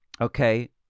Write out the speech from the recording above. Okay